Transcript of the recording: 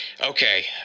Okay